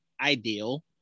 ideal